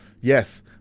Yes